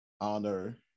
honor